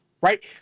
Right